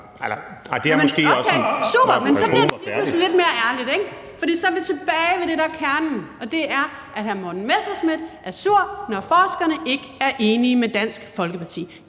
super, men så bliver det lige pludselig lidt mere ærligt, ikke, for så er vi tilbage ved det, der er kernen, og det er, at hr. Morten Messerschmidt er sur, når forskerne ikke er enige med Dansk Folkeparti.